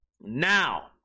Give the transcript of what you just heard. Now